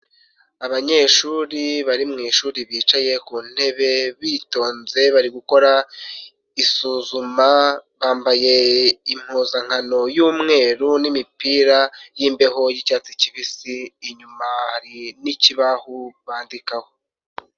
Abanyeshuri bari mu ishuri bicaye ku ntebe bitonze, bari gukora isuzuma. Bambaye impuzankano y'umweru n'imipira y'imbeho y'icyatsi kibisi, inyuma ni ikibaho bandikaho.